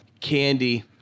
Candy